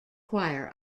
choir